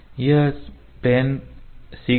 यह प्लेन 6 है